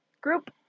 group